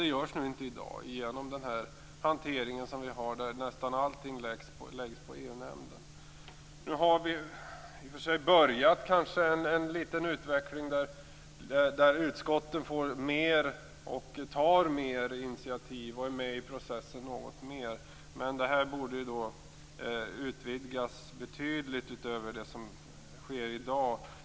Det görs inte i dag genom den hantering som vi har, där nästan allting läggs på EU-nämnden. Nu har vi kanske i och för sig börjat en liten utveckling där utskotten får och tar fler initiativ och är med i processen något mer. Men detta borde utvidgas betydligt utöver vad som sker i dag.